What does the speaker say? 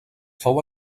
fou